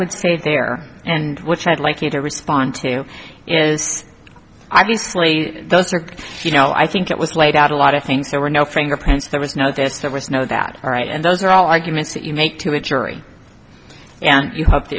would say there and which i'd like you to respond to is obviously those are you know i think it was laid out a lot of things there were no fingerprints there was no this there was no that all right and those are all arguments that you make to a jury and you hope t